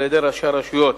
על-ידי ראשי הרשויות